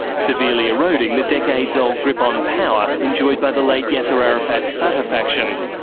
severely eroding the decades-old grip on power enjoyed by the late yasser arafat's fatah faction.